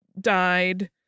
died